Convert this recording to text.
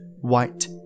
white